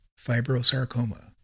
Fibrosarcoma